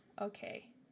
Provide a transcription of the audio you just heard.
Okay